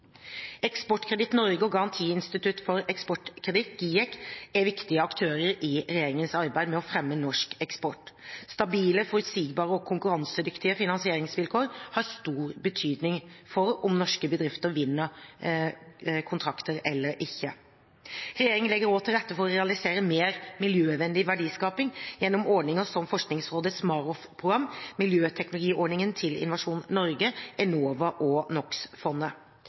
Eksportkreditt Norge og Garantiinstituttet for Eksportkreditt, GIEK, er viktige aktører i regjeringens arbeid med å fremme norsk eksport. Stabile, forutsigbare og konkurransedyktige finansieringsvilkår har stor betydning for om norske bedrifter vinner kontrakter eller ikke. Regjeringen legger også til rette for å realisere mer miljøvennlig verdiskaping gjennom ordninger som Forskningsrådets MAROFF-program, miljøteknologiordningen til Innovasjon Norge, Enova og